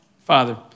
Father